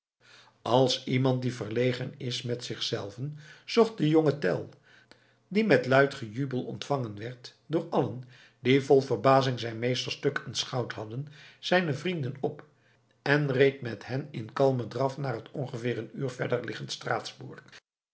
als iemand die verlegen is met zichzelven zocht de jonge tell die met luid gejubel ontvangen werd door allen die vol verbazing zijn meesterstuk aanschouwd hadden zijne vrienden op en reed met hen in kalmen draf naar het ongeveer een uur verder liggend straatsburg